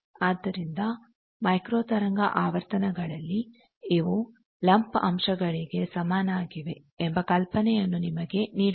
ಆದ್ದರಿಂದ ಮೈಕ್ರೋ ತರಂಗ ಆವರ್ತನಗಳಲ್ಲಿ ಇವು ಲಂಪ್ ಅಂಶಗಳಿಗೆ ಸಮಾನಾಗಿವೆ ಎಂಬ ಕಲ್ಪನೆಯನ್ನು ನಿಮಗೆ ನೀಡುತ್ತದೆ